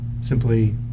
simply